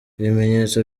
ibimenyetso